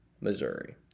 Missouri